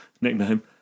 nickname